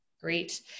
Great